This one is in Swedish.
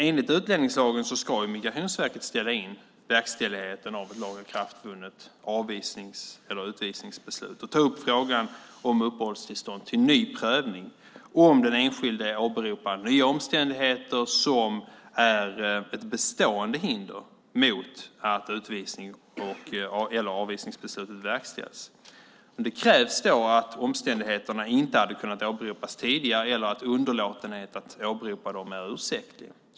Enligt utlänningslagen ska Migrationsverket ställa in verkställighet av lagakraftvunnet avvisnings eller utvisningsbeslut och ta upp frågan om uppehållstillstånd till ny prövning om den enskilde åberopar nya omständigheter som är bestående hinder mot att utvisnings eller avvisningsbeslutet verkställs. Det krävs då att omständigheterna inte hade kunnat åberopas tidigare eller att underlåtenhet att åberopa dem är ursäktlig.